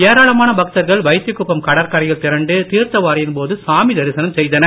ஏராளாமான பக்தர்கள் வைத்திக்குப்பம் கடற்கரையில் திரண்டு தீர்த்தவாரியின் போது சாமி தரிசனம் செய்தனர்